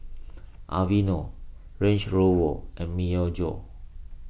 Aveeno Range Rover and Myojo